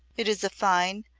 it is a fine,